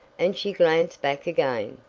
and she glanced back again,